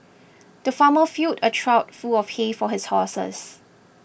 the farmer filled a trough full of hay for his horses